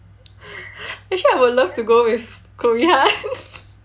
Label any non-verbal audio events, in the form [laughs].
actually I would love to go with chloe han [laughs]